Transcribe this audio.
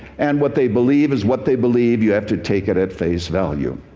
and what they believe is what they believe. you have to take it at face value.